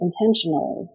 intentionally